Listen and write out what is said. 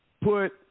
put